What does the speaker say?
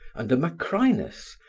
under macrinus,